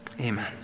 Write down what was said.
Amen